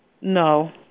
no